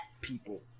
people